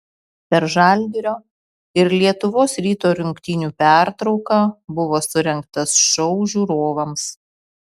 per žalgirio ir lietuvos ryto rungtynių pertrauką buvo surengtas šou žiūrovams